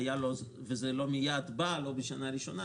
וזה לא מיד בא, לא בשנה הראשונה.